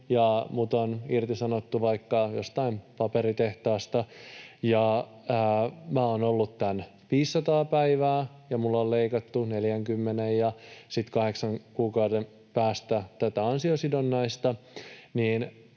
minut olisi irtisanottu vaikka jostain paperitehtaasta ja minä olen ollut tämän 500 päivää ja minulta on leikattu 40 prosenttiin kahdeksan kuukauden päästä tätä ansiosidonnaista,